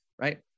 right